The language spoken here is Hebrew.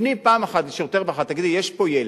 תפני פעם אחת לשירותי הרווחה ותגידי: יש פה ילד.